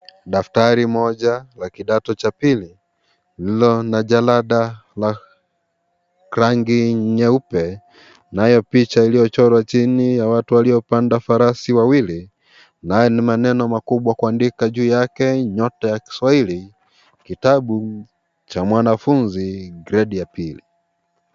Daftari moja la kidato cha pili, lililona jalada ya rangi nyeupe, nayo picha picha iliyochorwa chini ya watu waliopanda farasi wawili. Naye ni maneno makubwa kuandika juu yake nyota ya Kiswahili, kitabu cha mwanafunzi gredi ya pili.